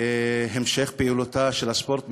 להמשך פעילותו של הספורט בישראל,